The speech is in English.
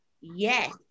Yes